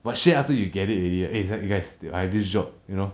but share after you get it already eh it's like you guys I have this job you know